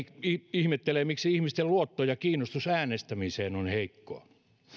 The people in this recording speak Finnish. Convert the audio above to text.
ihmettelee miksi ihmisten luotto ja kiinnostus äänestämiseen on heikkoa